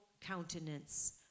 countenance